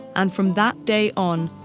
and from that day on,